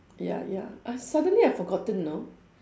ya ya I suddenly I forgotten know